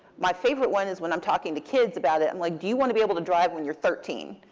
my favorite one is when i'm talking to kids about it. i'm and like, do you want to be able to drive when you're thirteen?